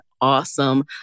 awesome